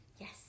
Yes